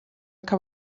cup